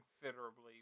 considerably